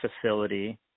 facility